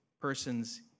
persons